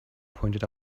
pointed